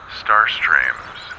starstreams